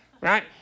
Right